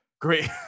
Great